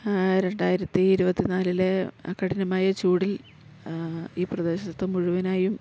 രണ്ടായിരത്തി ഇരുപത്തി നാലിലെ കഠിനമായ ചൂടിൽ ഈ പ്രദേശത്ത് മുഴുവനായും